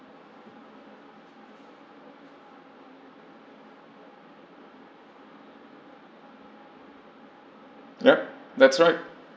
yup that's right